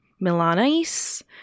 milanese